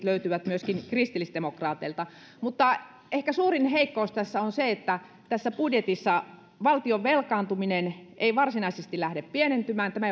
löytyvät myöskin kristillisdemokraateilta mutta ehkä suurin heikkous tässä on se että tässä budjetissa valtion velkaantuminen ei varsinaisesti lähde pienentymään tämä